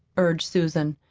urged susan.